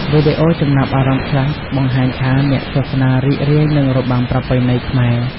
វីដេអូចំណាប់អារម្មណ៍ខ្លះបង្ហាញថា អ្នកទស្សនារីករាយនឹងរបាំប្រពៃណីខ្មែរ។